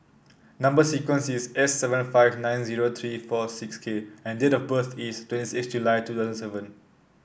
number sequence is S seventy five nine zero three four six K and date of birth is twenty six July two thousand seven